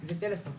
זה טלפון.